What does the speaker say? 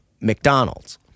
McDonald's